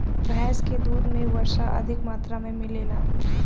भैस के दूध में वसा अधिका मात्रा में मिलेला